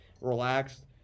relaxed